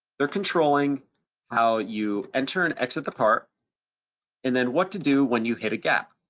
they're controlling how you enter and exit the part and then what to do when you hit a gap.